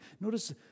Notice